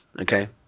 Okay